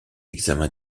examen